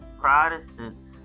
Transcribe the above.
Protestants